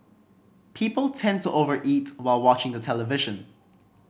people tend to overeat while watching the television